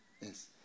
Yes